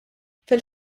fil